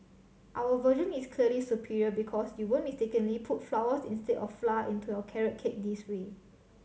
our version is clearly superior because you won't mistakenly put flowers instead of into your carrot cake this way